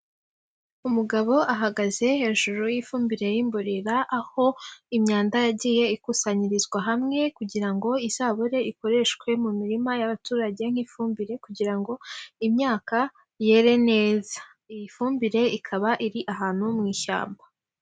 Umugabo ahagaze hejuru y'ifumbire y'imborera, aho imyanda yagiye ikusanyirizwa hamwe kugira ngo izabure ikoreshwe mu mirima y'abaturage nk'ifumbire kugira ngo imyaka yere neza. Iyi fumbire ikaba iri ahantu mu ishyamba.